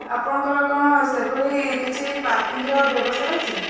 ଆପଣଙ୍କର କ'ଣ ସେଭଳି କିଛି ପାର୍କିଂର ବ୍ୟବସ୍ଥା ରହିଛି